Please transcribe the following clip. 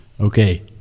Okay